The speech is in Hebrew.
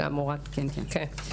כן.